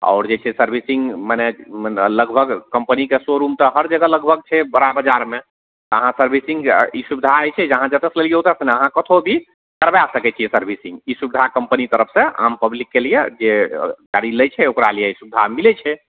आओर जे छै सर्विसिंग मने लगभग कम्पनीके शोरूम तऽ हर जगह लगभग छै बड़ा बाजारमे अहाँ सर्विसिंग ई सुविधा होइ छै अहाँ जतऽसँ लेलियै ओतऽस ने अहाँ कतहु भी करबा सकय छियै सर्विसिंग ई सुविधा कम्पनी तरफसँ आम पब्लिकके लियेजे गाड़ी लै छै ओकरा लिय सुविधा मिलय छै